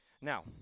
Now